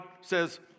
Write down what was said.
says